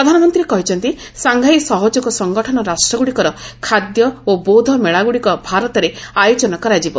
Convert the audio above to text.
ପ୍ରଧାନମନ୍ତ୍ରୀ କହିଛନ୍ତି ସାଂଘାଇ ସହଯୋଗ ସଂଗଠନ ରାଷ୍ଟ୍ରଗ୍ରଡ଼ିକର ଖାଦ୍ୟ ଓ ବୌଦ୍ଧ ମେଳାଗୁଡ଼ିକ ଭାରତରେ ଆୟୋଜନ କରାଯିବ